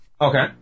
Okay